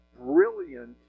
brilliant